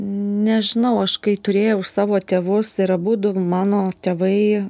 nežinau aš kai turėjau savo tėvus ir abudu mano tėvai